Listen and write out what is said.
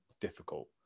difficult